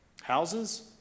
Houses